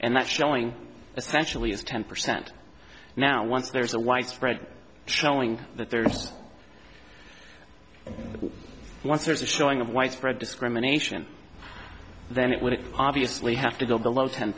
that showing essentially is ten percent now once there's a widespread showing that there once there's a showing of widespread discrimination then it wouldn't obviously have to go below ten